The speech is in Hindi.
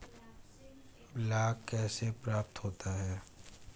लाख कैसे प्राप्त होता है?